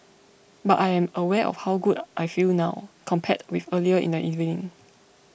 but I am aware of how good I feel now compared with earlier in the evening